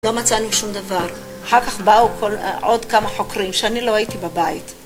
לא מצאנו שום דבר, אחר כך באו עוד כמה חוקרים שאני לא הייתי בבית